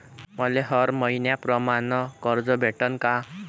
मले हर मईन्याप्रमाणं कर्ज भेटन का?